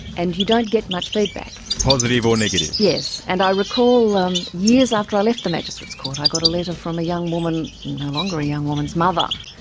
and you don't get much feedback. positive or negative. yes, and i recall um years after i left the magistrates court i got a letter from a young woman, no longer a young mother,